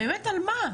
באמת על מה?